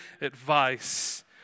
advice